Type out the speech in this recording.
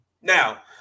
Now